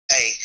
Hey